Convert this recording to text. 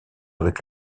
avec